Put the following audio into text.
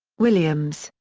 williams,